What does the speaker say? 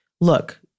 look